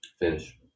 finish